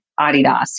Adidas